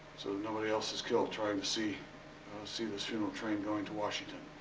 so nobody else is killed trying to see see this funeral train going to washington.